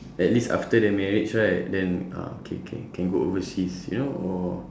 at least after the marriage right then ah K K can go overseas you know or